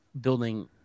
building